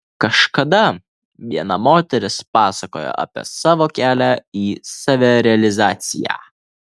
kažkada viena moteris pasakojo apie savo kelią į savirealizaciją